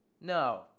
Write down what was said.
No